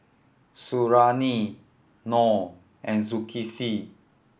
Suriani Noh and Zulkifli